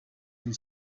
and